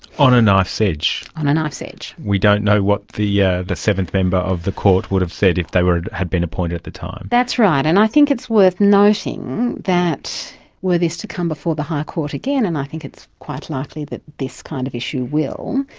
on a knife's edge. on a knife's edge. we don't know what the yeah the seventh member of the court would have said if they had been appointed at the time. that's right, and i think it's worth noting that were this to come before the high court again, and i think it's quite likely that this kind of issue will,